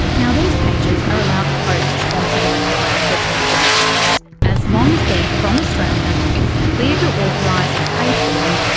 now these pages are allowed to post sponsored electoral ads or political messages, as long as they're from australia, it's clear who authorised and paid for them,